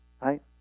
right